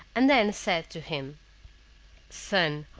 and then said to him son,